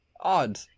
odd